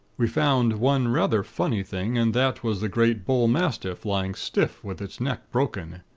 we found one rather funny thing, and that was the great bullmastiff, lying stiff with its neck broken.